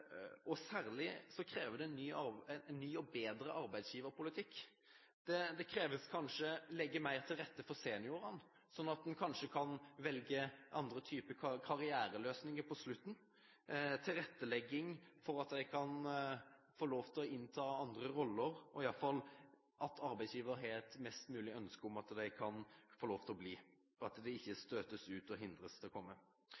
mer til rette for seniorene, slik at en kan velge andre typer karriereløsninger på slutten – tilrettelegging for at de kan få lov til å innta andre roller – at arbeidsgiver har et ønske om at de skal bli, og at de ikke støtes ut og hindres i å komme med. Til slutt vil jeg bare slutte meg til det